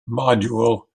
module